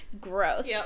Gross